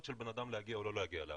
של בן אדם להגיע או לא להגיע לעבודה.